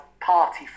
party